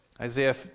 Isaiah